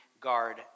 guard